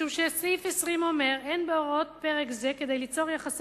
משום שסעיף 20 אומר: אין בהוראות פרק זה כדי ליצור יחסי